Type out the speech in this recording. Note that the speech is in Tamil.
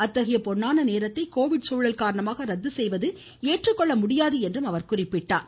அத்தகைய பொன்னான நேரத்தை கோவிட் சூழல் காரணமாக ரத்து செய்வது ஏற்றுக்கொள்ள முடியாது என்று குறிப்பிட்டார்